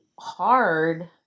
hard